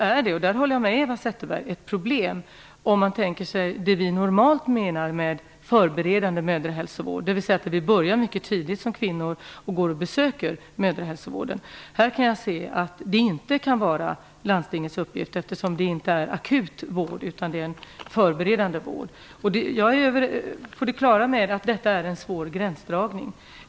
Jag håller med Eva Zetterberg om att det däremot är ett problem med det som vi normalt menar med förberedande mödrahälsovård, dvs. att de blivande mammorna börjar att besöka mödrahälsovården mycket tidigt i graviditeten. Detta kan då inte anses som landstingets uppgift, eftersom det inte handlar om akut vård utan om förberedande vård. Jag är på det klara med att detta är en svår gränsdragning.